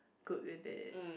good with it